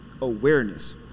awareness